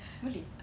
boleh